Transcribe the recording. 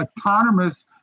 autonomous